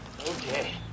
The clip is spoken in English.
Okay